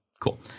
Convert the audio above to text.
cool